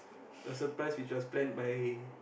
a surprise which was planned by